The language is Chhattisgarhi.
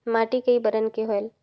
माटी कई बरन के होयल?